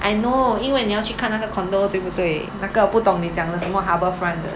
I know 因为你要去看那个 condominium 对不对那个不懂你讲的什么 harbourfront 的